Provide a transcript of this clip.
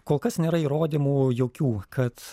kol kas nėra įrodymų jokių kad